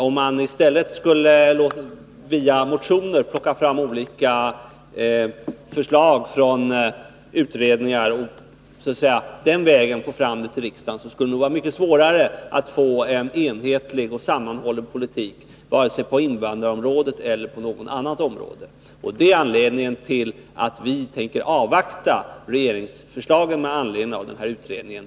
Om man i stället skulle via motioner plocka fram olika förslag från utredningar och föra fram till riksdagen, skulle det vara mycket svårare att få en enhetlig och sammanhållen politik både på invandrarområdet och på andra områden. Det är skälet till att vi tänker avvakta regeringsförslaget med anledning av den här utredningen.